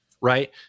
right